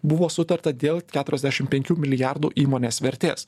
buvo sutarta dėl keturiasdešim penkių mlrd įmonės vertės